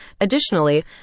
Additionally